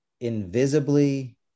invisibly